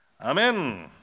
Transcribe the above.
Amen